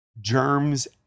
germs